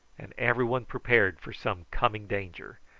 and every one prepared for some coming danger,